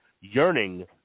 yearning